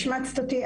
השמצת אותי,